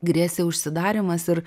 grėsė užsidarymas ir